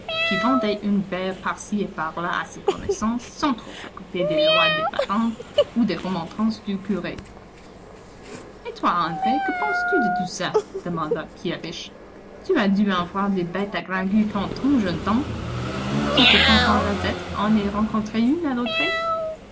qui vendait un verre par ci et par là à ses connaissances sans trop s'occuper des lois de patentes ou des remontrances du curé et toi andré que penses-tu de tout ça demanda pierriche tu as dû en voir des bêtes à grand'queue dans ton jeune temps crois-tu que fanfan lazette en ait rencontré